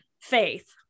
faith